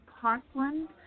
Parkland